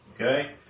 Okay